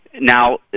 Now